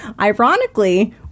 Ironically